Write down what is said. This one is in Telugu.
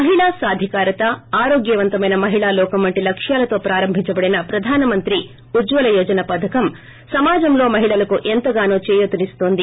మహిళా సాధికారత ఆరోగ్యవంతమైన మహిళా లోకం వంటి లక్ష్యాలతో ప్రారంభించబడిన ప్రధాన మంత్రి ఉజ్వల యోజన పధకం సమాజంలో మహిళలకు ఎంతగానో చేయీతనిస్తోంది